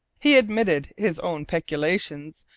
he admitted his own peculations,